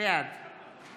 בעד